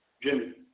Jimmy